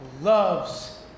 loves